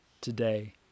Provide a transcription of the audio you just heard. today